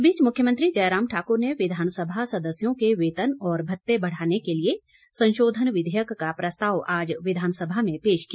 इस बीच मुख्यमंत्री जयराम ठाकुर ने विधानसभा सदस्यों के वेतन और भत्ते बढ़ाने के लिए संशोधन विधेयक का प्रस्ताव आज विधानसभा में पेश किया